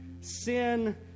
Sin